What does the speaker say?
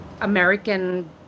American